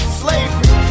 slavery